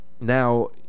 Now